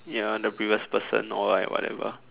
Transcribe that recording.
ya the previous person or like whatever